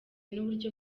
n’uburyo